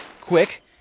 quick